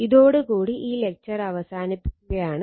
ഇതോട് കൂടി ഈ ലക്ച്ചർ അവസാനിപ്പിക്കുകയാണ്